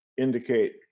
indicate